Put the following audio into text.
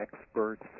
experts